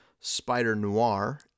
Spider-Noir